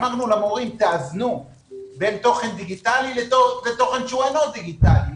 אמרנו למורים שיאזנו בין תוכן דיגיטלי לתוכן שהוא לא דיגיטלי.